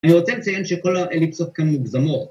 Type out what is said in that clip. אני רוצה לציין שכל האליפסות כאן מוגזמות.